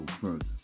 further